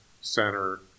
center